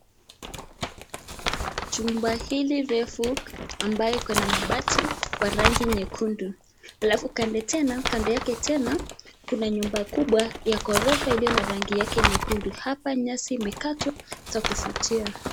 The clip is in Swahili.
Chumba hili refu ambayo ikona mabati kwa rangi nyekundu, alafu kando tena, kando yake tena kuna nyumba kubwa ya ghorofa iliyo na rangi yake nyekundu. Hapa nyasi imekatwa ya kuvutia.